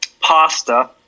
pasta